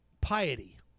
piety